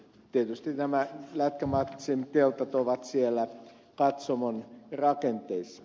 tietysti nämä lätkämatsien teltat ovat siellä katsomon rakenteissa